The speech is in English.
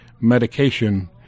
medication